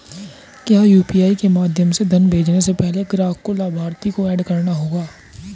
क्या यू.पी.आई के माध्यम से धन भेजने से पहले ग्राहक को लाभार्थी को एड करना होगा?